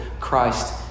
Christ